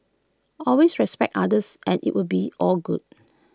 always respect others and IT will be all good